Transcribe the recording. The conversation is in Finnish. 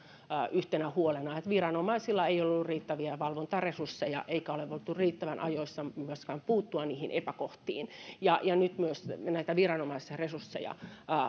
yhtenä huolena että viranomaisilla ei ole ollut riittäviä valvontaresursseja eikä ole voitu riittävän ajoissa myöskään puuttua niihin epäkohtiin nyt myös näitä viranomaisresursseja